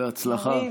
בהצלחה.